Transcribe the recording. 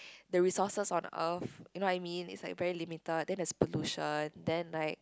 the resources on Earth you know what I mean it's like very limited then there's pollution then like